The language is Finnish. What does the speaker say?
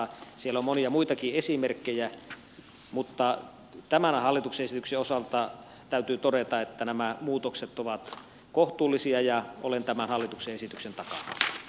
siellä on monia muitakin esimerkkejä mutta tämän hallituksen esityksen osalta täytyy todeta että nämä muutokset ovat kohtuullisia ja olen tämän hallituksen esityksen takana